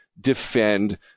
defend